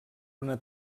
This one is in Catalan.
una